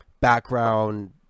background